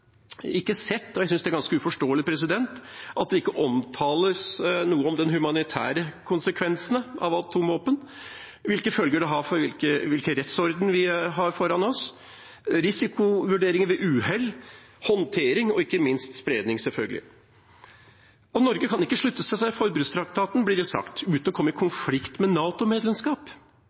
ikke sett – og jeg syns det er ganske uforståelig – at det omtales noe om de humanitære konsekvensene av atomvåpen, hvilke følger dette har for hvilken rettsorden vi har foran oss, risikovurderinger ved uhell, håndtering og ikke minst spredning, sjølsagt. Norge kan ikke slutte seg til forbudstraktaten, blir det sagt, uten å komme i konflikt med